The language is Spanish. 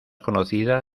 conocida